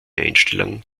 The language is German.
einstellung